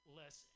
less